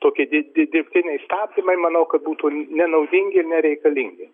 tokie di di dirbtiniai stabdymai manau kad būtų nenaudingi ir nereikalingi